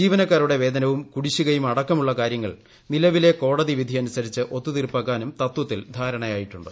ജീവനക്കാരുടെ വേതനവും കുടിശ്ശികയുമടക്കമുള്ള കാര്യങ്ങൾ നിലവിലെ കോടതി വിധിയനുസരിച്ച് ഒത്തു തീർപ്പാക്കാനും തത്തിൽ ധാരണയായിട്ടുണ്ട്